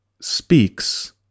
speaks